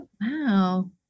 Wow